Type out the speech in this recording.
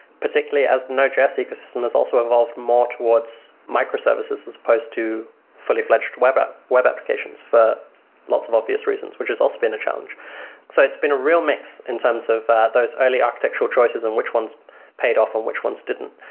particularly as the node js ecosystem has also evolved more towards microservices as opposed to fully fledged web web applications for lots of obvious reasons, which has also been a challenge so it's been a real mix in terms of those early architectural choices and which ones paid off and which ones didn't.